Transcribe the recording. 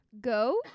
Go